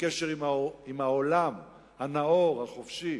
בקשר עם העולם הנאור, החופשי.